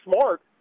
smart